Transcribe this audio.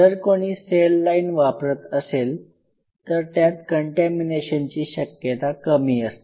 जर कोणी cell line वापरत असेल तर त्यात कंटॅमीनेशनची शक्यता कमी असते